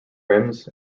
rims